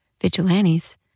vigilantes